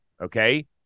okay